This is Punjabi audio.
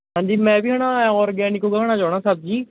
ਹਾਂਜੀ ਮੈਂ ਵੀ ਹੈ ਨਾ ਔਰਗੈਨਿਕ ਉਗਾਉਣਾ ਚਾਹੁੰਦਾ ਸਬਜ਼ੀ